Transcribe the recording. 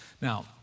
Now